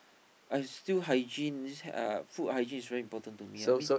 I still hygiene uh food hygiene is very important to me I mean